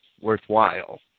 worthwhile